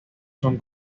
son